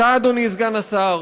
אתה אדוני סגן השר,